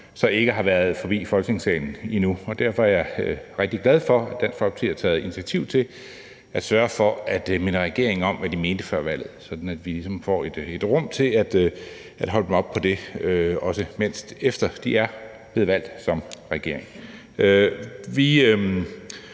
så ikke har været forbi Folketingssalen endnu, og derfor er jeg rigtig glad for, at Dansk Folkeparti har taget initiativ til at sørge for at minde regeringen om, hvad de mente før valget, sådan at vi ligesom får et rum til at holde dem oppe på det, ikke mindst efter de har dannet regering.